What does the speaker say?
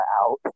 out